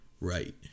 right